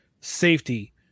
safety